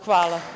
Hvala.